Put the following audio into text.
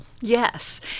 Yes